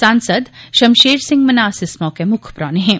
सांसद शमशेर सिंह न्हास इस मौके मुक्ख परौह्ने हे